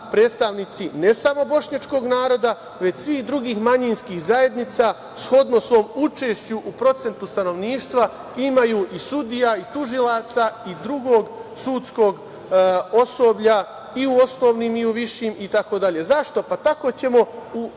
predstavnici, ne samo bošnjačkog naroda, već svih drugih manjinskih zajednica shodno svom učešću u procentu stanovništva imaju i sudija i tužilaca i drugog sudskog osoblja i u osnovnim i u višim itd. Zašto? Tako ćemo